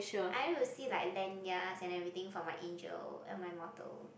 I want to see like lanyards and everything for my angel and my mortal